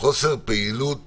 חוסר פעילות